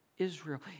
Israel